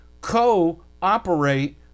co-operate